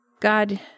God